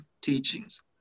teachings